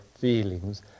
feelings